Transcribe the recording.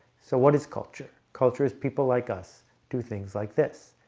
so what is culture culture is people like us do things like this?